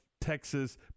Texas